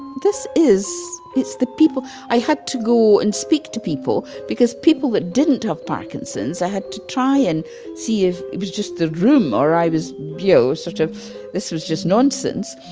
this is it's the people i had to go and speak to people because people that didn't have parkinson's i had to try and see if it was just the room, or i was ah such a this was just nonsense.